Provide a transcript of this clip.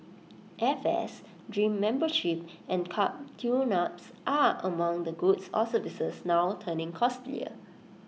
airfares gym memberships and car tuneups are among the goods or services now turning costlier